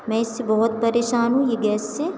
मैं इससे बहुत परेशान हूँ यह गैस से